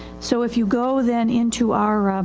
so if you go then into our, um,